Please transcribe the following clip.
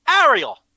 Ariel